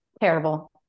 Terrible